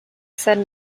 said